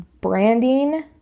branding